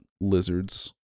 lizards